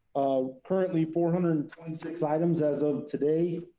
currently four hundred and twenty six items as of today,